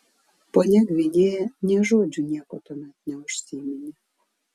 ponia gvinėja nė žodžiu nieko tuomet neužsiminė